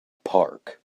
park